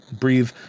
breathe